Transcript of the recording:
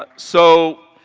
ah so,